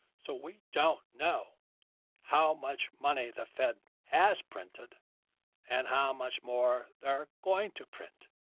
so we don't know how much money the fed has printed and how much more they're going to print.